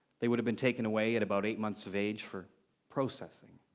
they would have been taken away at about eight months of age for processing.